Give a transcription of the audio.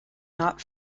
not